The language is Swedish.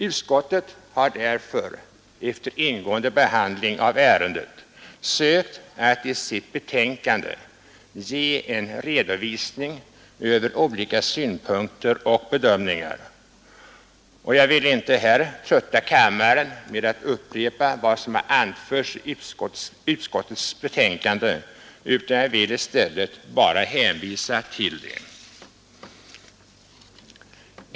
Utskottet har därför efter ingående behandling av ärendet sökt att i sitt betänkande ge en redovisning av olika synpunkter och bedömningar, och jag vill inte trötta kammaren med att upprepa vad som anförts i utskottets betänkande, utan jag skall bara hänvisa till det.